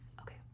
okay